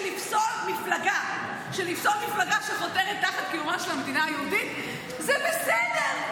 שלפסול מפלגה שחותרת תחת קיומה של המדינה היהודית שזה בסדר,